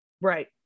Right